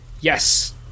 yes